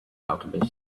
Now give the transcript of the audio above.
alchemist